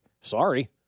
Sorry